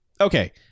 Okay